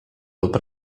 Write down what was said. lub